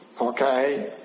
okay